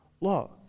law